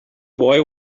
boy